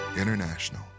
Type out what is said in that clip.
International